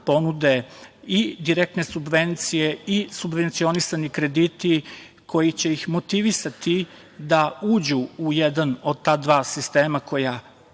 ponude i direktne subvencije i subvencionisani krediti koji će ih motivisati da uđu u jedan od ta dva sistema koja